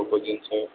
କେଉଁ କେଉଁ ଜିନିଷ